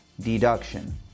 deduction